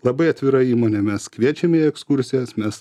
labai atvira įmonė mes kviečiame į ekskursijas mes